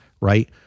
Right